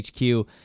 HQ